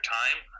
time